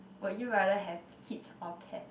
would you rather have kids or pet